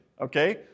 okay